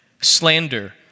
slander